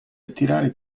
attirare